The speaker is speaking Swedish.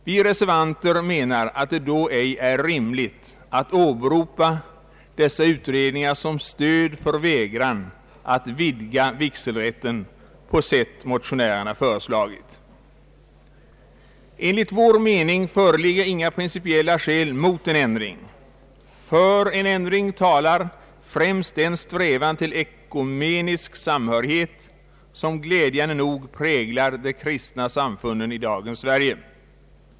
Vi reservanter anser att det då ej är rimligt att åberopa dessa utredningar som stöd för vägran att vidga vigselrätten på det sätt motionärerna föreslagit. Enligt vår mening föreligger inga principiella skäl mot en ändring. För en ändring talar främst den strävan till ekumenisk samhörighet, som glädjande nog präglar de kristna samfunden i dagens Sverige.